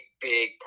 big